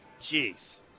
Jeez